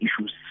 issues